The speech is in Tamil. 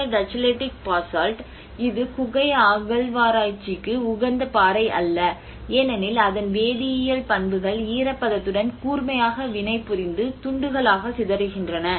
இந்த டச்செலெடிக் பாசால்ட் இது குகை அகழ்வாராய்ச்சிக்கு உகந்த பாறை அல்ல ஏனெனில் அதன் வேதியியல் பண்புகள் ஈரப்பதத்துடன் கூர்மையாக வினைபுரிந்து துண்டுகளாக சிதறுகின்றன